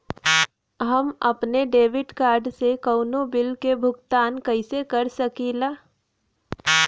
हम अपने debit card से कउनो बिल के भुगतान कइसे कर सकीला?